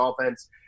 offense